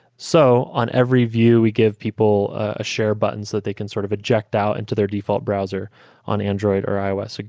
so on every view, we give people ah share buttons that they can sort of eject out into their default browser on android or ios.